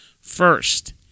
first